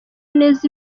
neza